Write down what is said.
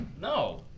no